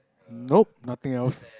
nope nothing else